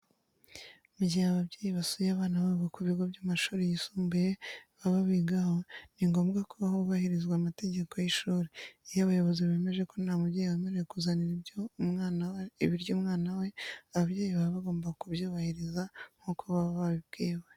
Mu gihe ababyeyi basuye abana babo ku bigo by'amashuri yisumbuye baba bigaho, ni ngombwa ko hubahirizwa amategeko y'ishuri. Iyo abayobozi bemeje ko nta mubyeyi wemerewe kuzanira ibiryo umwana we, ababyeyi baba bagomba kubyubahiriza nkuko baba babibwiwe.